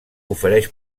ofereix